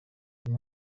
uyu